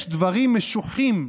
/ יש דברים משוחים,